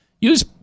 Use